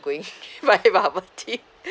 going buy bubble tea